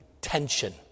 tension